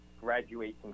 graduating